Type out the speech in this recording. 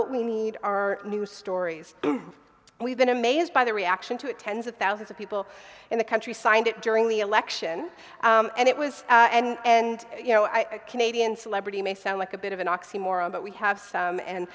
what we need are new stories and we've been amazed by the reaction to it tens of thousands of people in the country signed it during the election and it was and you know i can aid in celebrity may sound like a bit of an oxymoron but we have some and